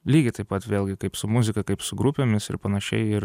lygiai taip pat vėlgi kaip su muzika kaip su grupėmis ir panašiai ir